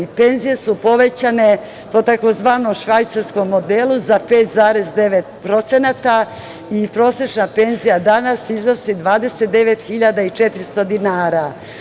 Penzije su povećane po tzv. švajcarskom modelu za 5,9% i prosečna penzija danas iznosi 29.400 dinara.